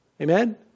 Amen